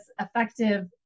effective